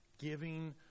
Giving